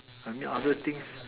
I mean other things